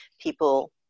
people